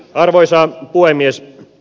arvoisa puhemies